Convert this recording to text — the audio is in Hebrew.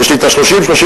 יש לי 30 35